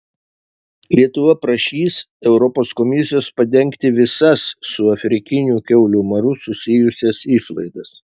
lietuva prašys europos komisijos padengti visas su afrikiniu kiaulių maru susijusias išlaidas